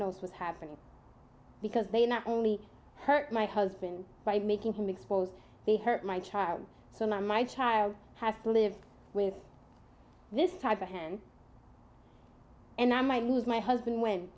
knows what's happening because they not only hurt my husband by making him expose they hurt my child so my my child has to live with this type of hand and i might lose my husband when